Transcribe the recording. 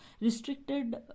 restricted